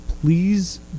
Please